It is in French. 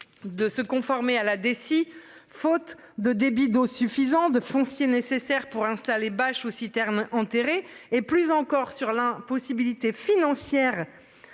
De se conformer à la DSI faute de débit d'eau suffisant de foncier nécessaire pour installer bâches ou citernes enterrées et plus encore sur l'impossibilité financière.